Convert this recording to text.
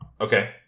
Okay